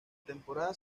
temporada